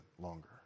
longer